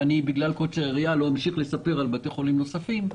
בגלל קוצר היריעה לא אמשיך לספר על בתי חולים נוספים,